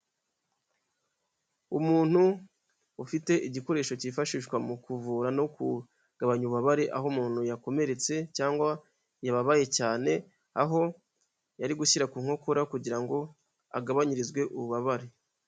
Umuntu ufite igikoresho cyifashishwa mu kuvura no kugabanya ububabare aho umuntu yakomeretse cyangwa yababaye cyane, aho yari gushyira ku nkokora kugirango agabanyirizwe ububabare.